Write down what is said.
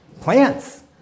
plants